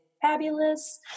fabulous